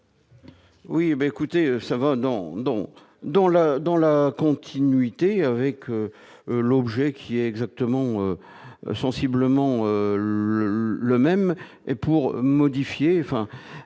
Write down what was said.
non, non, dans la dans la continuité avec l'objet qui exactement sensiblement le même, et pour modifier